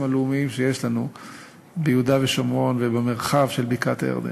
הלאומיים שיש לנו ביהודה ושומרון ובמרחב של בקעת-הירדן.